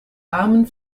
armen